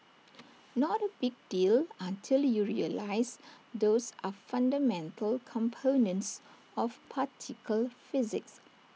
not A big deal until you realise those are fundamental components of particle physics